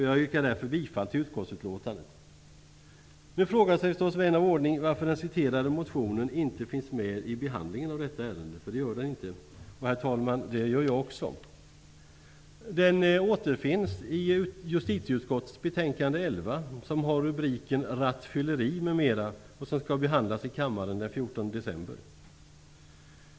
Jag yrkar därför bifall till utskotttsutlåtandet. Nu frågar sig förstås vän av ordning varför denna motion inte finns med i behandlingen av detta ärende. Jag frågar mig det också, herr talman. 11 med rubriken Rattfylleri m.m. och skall behandlas i kammaren den 14 december.